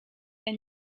and